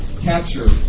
capture